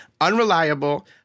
Unreliable